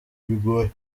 bigoye